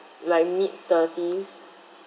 like mid thirties